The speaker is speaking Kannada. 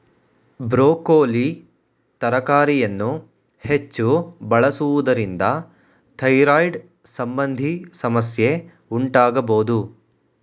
ಬ್ರೋಕೋಲಿ ತರಕಾರಿಯನ್ನು ಹೆಚ್ಚು ಬಳಸುವುದರಿಂದ ಥೈರಾಯ್ಡ್ ಸಂಬಂಧಿ ಸಮಸ್ಯೆ ಉಂಟಾಗಬೋದು